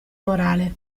morale